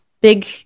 big